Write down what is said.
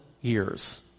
years